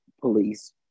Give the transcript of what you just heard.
police